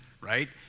right